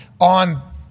on